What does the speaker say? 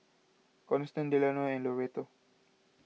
Constance Delano and Loretto